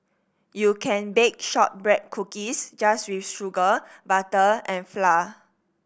you can bake shortbread cookies just with sugar butter and flour